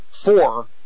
four